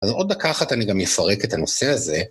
אז עוד דקה אחת אני גם יפרק את הנושא הזה.